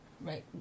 Right